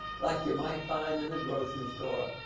like you might find in the grocery store.